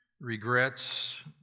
regrets